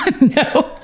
no